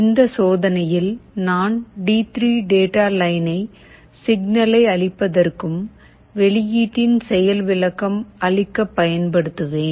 இந்த சோதனையில் நான் டி3 டேட்டா லைனை சிக்னலை அளிப்பதற்கும் வெளியீட்டின் செயல் விளக்கம் அளிக்க பயன்படுத்துவேன்